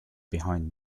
behind